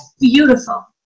beautiful